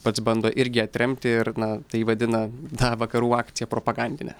pats bando irgi atremti ir na tai vadina tą vakarų akcija propagandine